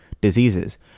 diseases